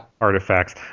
Artifacts